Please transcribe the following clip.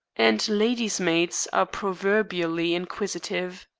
and ladies' maids are proverbially inquisitive.